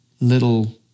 little